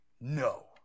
no